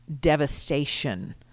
devastation